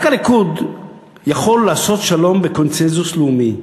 רק הליכוד יכול לעשות שלום בקונסנזוס לאומי.